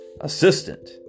assistant